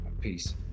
peace